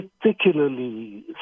particularly